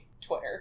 Twitter